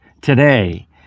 today